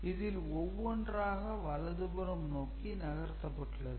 இதில் ஒவ்வொன்றாக வலது புறம் நோக்கி நகர்த்தப்பட்டுள்ளது